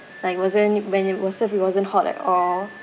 like wasn't when it was served it wasn't hot at all